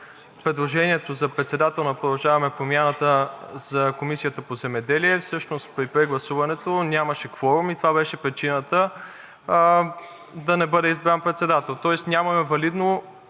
предложението за председател от „Продължаваме Промяната“ на Комисията по земеделие при прегласуването нямаше кворум и това беше причината да не бъде избран председател, тоест нямаме валидно